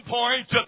point